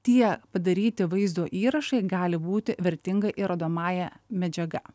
tie padaryti vaizdo įrašai gali būti vertinga įrodomąja medžiaga